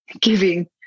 giving